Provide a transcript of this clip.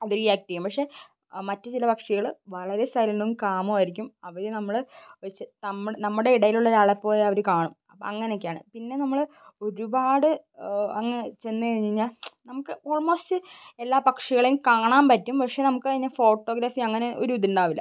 അത് റിയാക്റ്റ് ചെയ്യും പക്ഷെ മറ്റു ചില പക്ഷികൾ വളരെ സൈലൻ്റും കാമും ആയിരിക്കും അവരെ നമ്മൾ വച്ചു നമ്മൾ നമ്മുടെ ഇടയിലുള്ള ഒരാളെ പോലെ അവർ കാണും അപ്പം അങ്ങനെയൊക്കെയാണ് പിന്നെ നമ്മൾ ഒരുപാട് അങ്ങ് ചെന്നു കഴിഞ്ഞു കഴിഞ്ഞാൽ നമുക്ക് ഓൾമോസ്റ്റ് എല്ലാ പക്ഷികളെയും കാണാൻ പറ്റും പക്ഷെ നമുക്ക് അതിനെ ഫോട്ടോഗ്രാഫി അങ്ങനെ ഒരു ഇത് ഉണ്ടാവില്ല